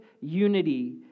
unity